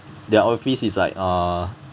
their office is like uh